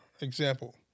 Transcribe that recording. example